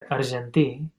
argentí